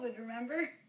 remember